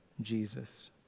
Jesus